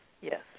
yes